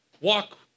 Walk